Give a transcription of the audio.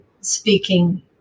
speaking